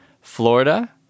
Florida